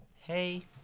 hey